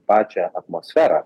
pačią atmosferą